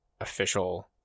official